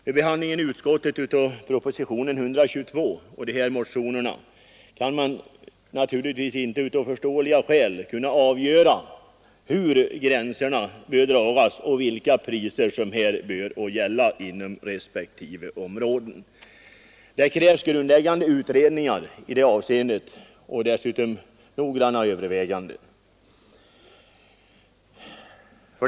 Vid behandlingen i utskottet av propositionen 122 och motionerna har vi, av förståeliga skäl, inte kunnat avgöra hur gränserna bör dragas och vilka priser som bör gälla inom respektive område. Det krävs grundläggande utredningar i det avseendet och dessutom noggranna överväganden.